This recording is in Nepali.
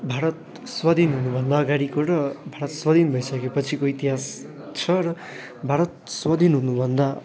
भारत स्वाधीन हुनुभन्दा अगाडिको र भारत स्वाधीन भइसकेपछिको इतिहास छ र भारत स्वाधीन हुनुभन्दा